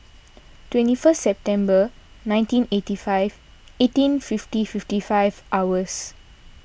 twenty first September nineteen eighty five eighteen fifty fifty five hours